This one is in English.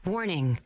Warning